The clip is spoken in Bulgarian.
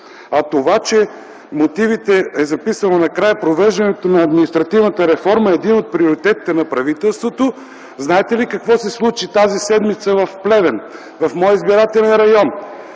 а това, че в мотивите е записано накрая „Провеждането на административната реформа е един от приоритетите на правителството”... Знаете ли какво се случи тази седмица в Плевен, в моя избирателен район?